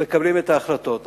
מקבלים את ההחלטות.